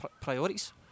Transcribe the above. priorities